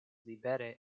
libere